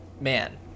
man